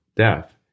death